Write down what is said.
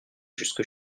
jusque